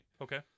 Okay